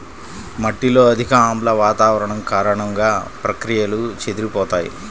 మట్టిలో అధిక ఆమ్ల వాతావరణం కారణంగా, ప్రక్రియలు చెదిరిపోతాయి